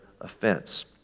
offense